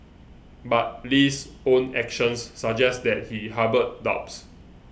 but Lee's own actions suggest that he harboured doubts